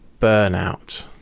burnout